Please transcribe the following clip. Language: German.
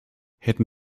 hätten